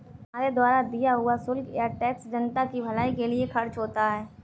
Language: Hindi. हमारे द्वारा दिया हुआ शुल्क या टैक्स जनता की भलाई के लिए खर्च होता है